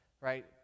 right